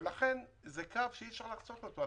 לכן זה קו שאי אפשר לחצות אותו.